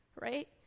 Right